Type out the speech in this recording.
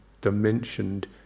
dimensioned